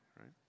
right